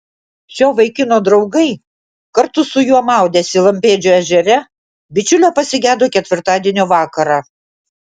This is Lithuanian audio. šio vaikino draugai kartu su juo maudęsi lampėdžio ežere bičiulio pasigedo ketvirtadienio vakarą